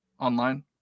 Online